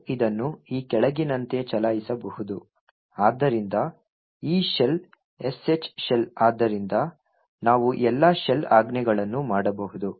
ನಾವು ಇದನ್ನು ಈ ಕೆಳಗಿನಂತೆ ಚಲಾಯಿಸಬಹುದು ಆದ್ದರಿಂದ ಈ ಶೆಲ್ sh ಶೆಲ್ ಆದ್ದರಿಂದ ನಾವು ಎಲ್ಲಾ ಶೆಲ್ ಆಜ್ಞೆಗಳನ್ನು ಮಾಡಬಹುದು